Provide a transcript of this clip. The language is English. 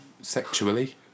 Sexually